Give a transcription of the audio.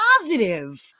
positive